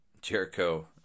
Jericho